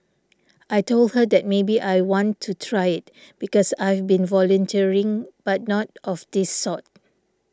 I told her that maybe I want to try it because I've been volunteering but not of this sort